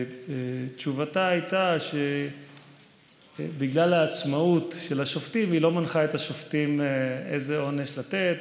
תשובתה הייתה שבגלל העצמאות של השופטים היא לא מנחה איזה עונש לתת,